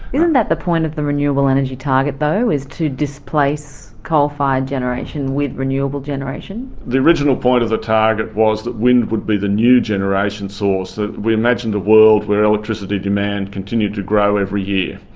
isn't that the point of the renewable energy target though, is to displace coal-fired generation with renewable generation? the original point of the target was that wind would be the new generation source. we imagined a world where electricity demand continued to grow every year,